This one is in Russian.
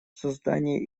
создание